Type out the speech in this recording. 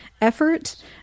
Effort